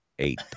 Eight